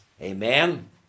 Amen